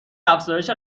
افزایش